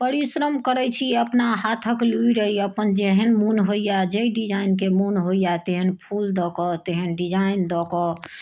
परिश्रम करैत छी अपना हाथक लुड़ि अइ अपन जेहन मन होइया जाहि डिजाइनके मन होइया तेहन फूल दऽ कऽ तेहन डिजाइन दऽ कऽ